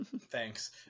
thanks